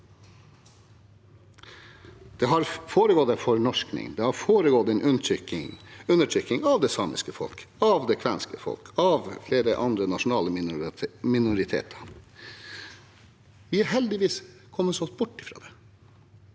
Det har foregått en fornorskning, det har foregått en undertrykking av det samiske folket, av det kvenske folket, av flere andre nasjonale minoriteter. Vi har heldigvis kommet oss bort fra det.